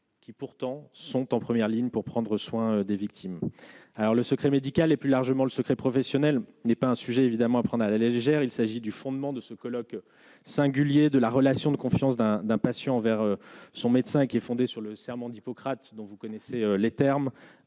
qui pourtant sont en première ligne pour prendre soin des victimes alors le secret médical et plus largement le secret professionnel n'est pas un sujet évidemment à prendre à la légère, il s'agit du fondement de ce colloque singulier de la relation de confiance d'un d'un patient vers son médecin qui est fondée sur le serment d'Hippocrate, dont vous connaissez les termes